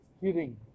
kidding